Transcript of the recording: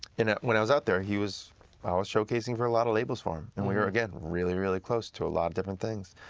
you know when i was out there, he was ah always showcasing for a lot of labels for him. and we were again, really, really close to a lot of different things.